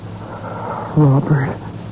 Robert